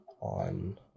on